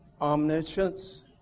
omniscience